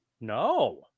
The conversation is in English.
No